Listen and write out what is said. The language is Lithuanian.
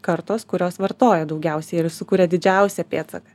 kartos kurios vartoja daugiausiai ir sukuria didžiausią pėdsaką